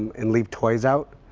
and leave toys out.